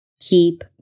keep